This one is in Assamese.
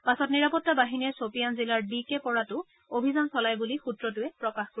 পাছত নিৰাপত্তা বাহিনীয়ে শ্বপিয়ান জিলাৰ ডি কে পৰাটো অভিযান চলায় বুলি সূত্ৰটোৱে প্ৰকাশ কৰে